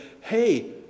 hey